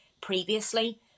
previously